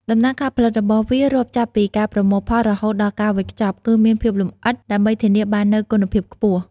ដំណើរការផលិតរបស់វារាប់ចាប់ពីការប្រមូលផលរហូតដល់ការវេចខ្ចប់ គឺមានភាពលម្អិតដើម្បីធានាបាននូវគុណភាពខ្ពស់។